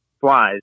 flies